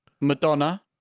Madonna